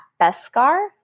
Beskar